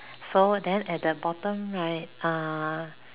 so then at the bottom right uh